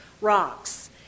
rocks